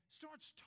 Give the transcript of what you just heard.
starts